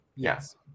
Yes